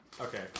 Okay